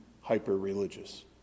hyper-religious